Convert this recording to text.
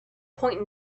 point